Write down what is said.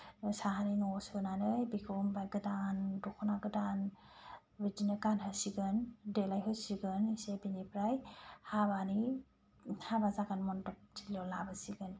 साहानि न'आव सोनानै बिखौ ओमफाय गोदान दख'ना गोदान बिदिनो गानहोसिगोन देलायहोसिगोन एसे बेनिफ्राय हाबानि हाबा जागोन मन्दब थिलियाव लाबोसिगोन